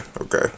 okay